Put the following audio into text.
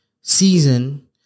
season